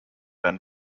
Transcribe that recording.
van